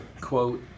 quote